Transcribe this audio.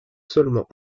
seulement